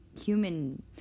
human